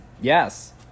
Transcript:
Yes